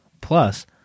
Plus